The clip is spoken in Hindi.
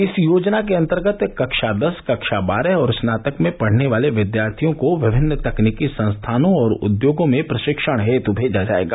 इस योजना के अंतर्गत कक्षा दस कक्षा बारह और स्नातक में पढ़ने वाले विद्यार्थियों को विभिन्न तकनीकी संस्थानों और उद्योगों में प्रशिक्षण हेत् भेजा जाएगा